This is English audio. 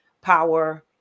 power